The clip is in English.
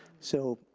so,